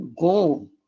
Go